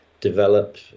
develop